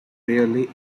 really